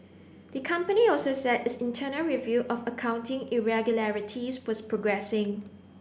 the company also said its internal review of accounting irregularities was progressing